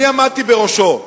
אני עמדתי בראשו.